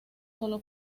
solo